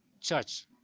church